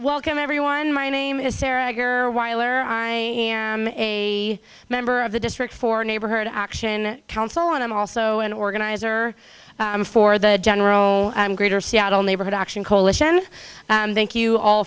welcome everyone my name is sarah wyler i am a member of the district for neighborhood action council and i'm also an organizer for the general greater seattle neighborhood action coalition thank you all